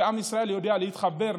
שעם ישראל יודע להתחבר,